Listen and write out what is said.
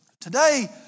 Today